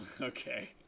Okay